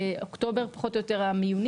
באוקטובר פחות או יותר יסתיימו המיונים